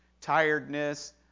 tiredness